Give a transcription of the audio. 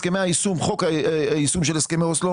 חוק היישום של הסכמי אוסלו